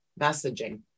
messaging